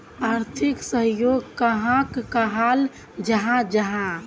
आर्थिक सहयोग कहाक कहाल जाहा जाहा?